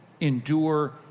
endure